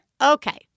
Okay